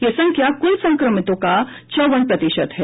यह संख्या कुल संक्रमितों का चौवन प्रतिशत है